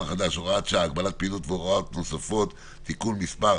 החדש (הוראת שעה) (הגבלת פעילות והוראות נוספות) (תיקון מס'